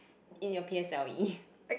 in your p_s_l_e